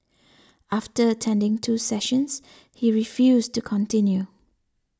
after attending two sessions he refused to continue